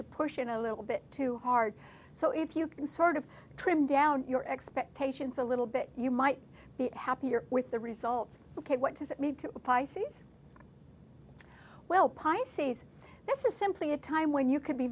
you're pushing a little bit too hard so if you can sort of trim down your expectations a little bit you might be happier with the results ok what does it need to pisces well pisces this is simply a time when you c